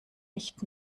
nicht